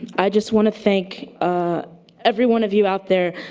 i just want to thank every one of you out there.